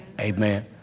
Amen